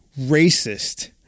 racist